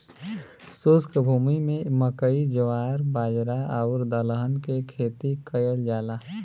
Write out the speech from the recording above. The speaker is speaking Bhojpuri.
शुष्क भूमि में मकई, जवार, बाजरा आउर दलहन के खेती कयल जाला